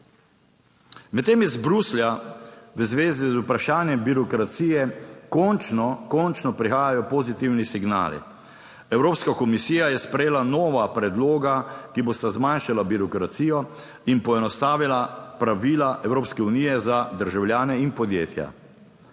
Medtem iz Bruslja v zvezi z vprašanjem birokracije končno, končno prihajajo pozitivni signali. Evropska komisija je sprejela nova predloga, ki bosta zmanjšala birokracijo in poenostavila pravila Evropske unije za državljane in podjetja.